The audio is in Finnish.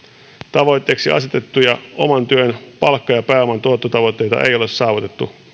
tavoitteeksi asetettuja oman työn palkka ja pääoman tuottotavoitteita ei ole saavutettu